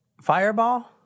Fireball